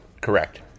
Correct